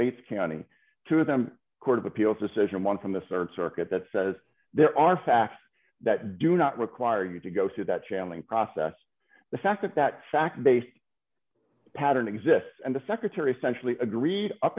based county two of them court of appeals decision one from the cert circuit that says there are facts that do not require you to go through that channeling process the fact that that fact based pattern exists and the secretary centrally agreed up